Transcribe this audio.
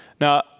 Now